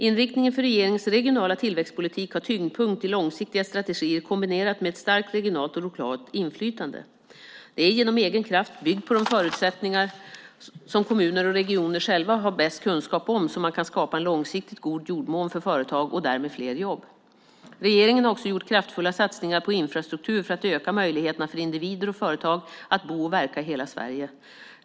Inriktningen för regeringens regionala tillväxtpolitik har tyngdpunkt i långsiktiga strategier kombinerat med ett starkt regionalt och lokalt inflytande. Det är genom egen kraft, byggd på de förutsättningar som kommuner och regioner själva har bäst kunskap om, som man kan skapa en långsiktigt god jordmån för företag och därmed fler jobb. Regeringen har också gjort kraftfulla satsningar på infrastruktur för att öka möjligheterna för individer och företag att bo och verka i hela Sverige.